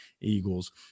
Eagles